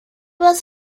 was